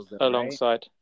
alongside